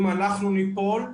אם אנחנו ניפול,